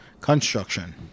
construction